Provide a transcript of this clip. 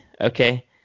okay